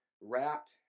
wrapped